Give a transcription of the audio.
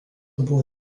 buvo